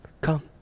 Come